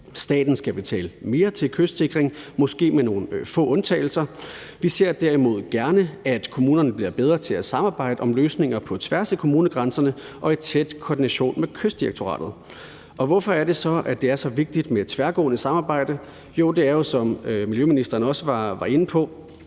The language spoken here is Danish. staten skal betale mere til kystsikring, måske med nogle få undtagelser. Vi ser derimod gerne, at kommunerne bliver bedre til at samarbejde om løsninger på tværs af kommunegrænserne og i tæt koordination med Kystdirektoratet. Hvorfor er det så, at det er så vigtigt med et tværgående samarbejde? Jo, det skyldes jo, som miljøministeren også var inde på